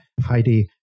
Heidi